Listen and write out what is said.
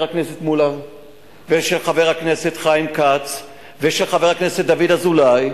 הכנסת מולה ושל חבר הכנסת חיים כץ ושל חבר הכנסת דוד אזולאי.